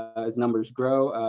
as numbers grow,